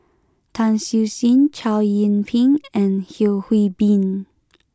Tan Siew Sin Chow Yian Ping and Yeo Hwee Bin